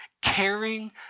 Caring